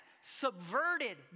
subverted